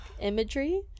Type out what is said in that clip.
imagery